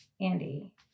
Andy